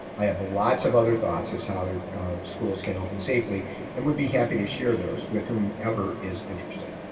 i have a lots of other thoughts as to how schools can open safely and would be happy to share those with whomever is interested.